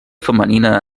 femenina